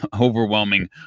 overwhelming